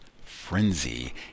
frenzy